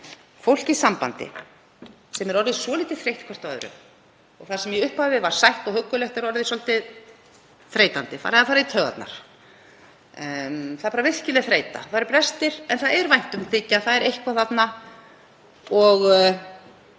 fólk í sambandi sem er orðið þreytt hvort á öðru og það sem í upphafi var sætt og huggulegt er orðið svolítið þreytandi, farið að fara í taugarnar. Það er virkileg þreyta, það eru brestir. En það er væntumþykja, það er eitthvað þarna og